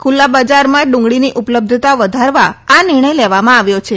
ખુલ્લા બજારમાં ડુંગળીની ઉપલબ્ધતા વધારવા આ નિર્ણય લેવામાં આવ્યો છે